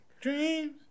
Dreams